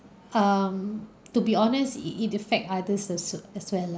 um to be honest it did affect others as well as well lah